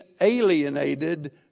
alienated